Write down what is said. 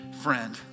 friend